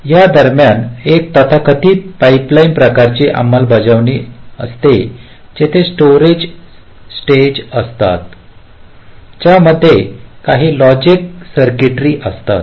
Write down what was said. या दरम्यान एक तथाकथित पाइपलाइन प्रकारची अंमलबजावणी असते जिथे स्टोरेज स्टेज असतात ज्यामध्ये काही लॉजिक सर्किटरी असतात